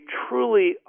truly